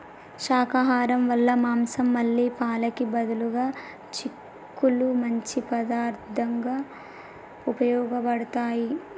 శాకాహరం వాళ్ళ మాంసం మళ్ళీ పాలకి బదులుగా చిక్కుళ్ళు మంచి పదార్థంగా ఉపయోగబడతాయి